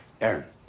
Aaron